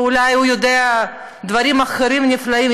ואולי הוא יודע דברים אחרים נפלאים,